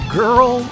girl